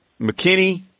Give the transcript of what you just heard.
McKinney